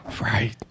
Right